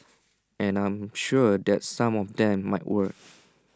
and I am sure that some of them might work